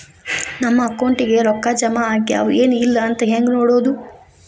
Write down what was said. ನಮ್ಮ ಅಕೌಂಟಿಗೆ ರೊಕ್ಕ ಜಮಾ ಆಗ್ಯಾವ ಏನ್ ಇಲ್ಲ ಅಂತ ಹೆಂಗ್ ನೋಡೋದು?